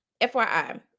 FYI